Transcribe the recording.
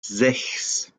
sechs